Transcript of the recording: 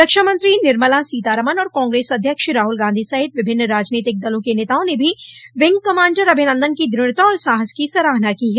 रक्षामंत्री निर्मला सीतारामन और कांग्रेस अध्यक्ष राहुल गांधी सहित विभिन्न राजनीतिक दलों के नेताओं ने भी विंग कमांडर अभिनंदन की द्रढ़ता और साहस की सराहना की है